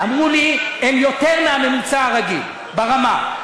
אמרו לי: הם יותר מהממוצע הרגיל, ברמה.